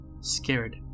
Scared